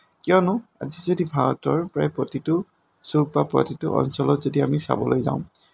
কিয়নো আজি যদি ভাৰতৰ প্ৰায় প্ৰতিটো চুক বা প্ৰতিটো অঞ্চলত যদি আমি চাবলৈ যাওঁ